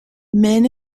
men